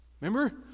Remember